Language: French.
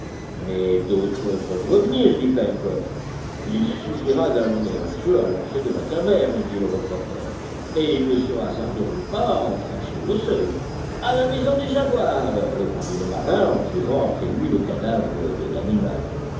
mais d'autres peuvent revenir dit pencroff il suffira d'allumer un feu à l'entrée de la caverne dit le reporter et ils ne se hasarderont pas à en franchir le seuil à la maison des jaguars alors répondit le marin en tirant après lui le cadavre de l'animal